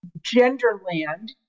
Genderland